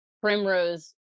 Primrose